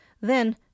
Then